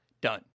done